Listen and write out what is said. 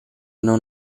non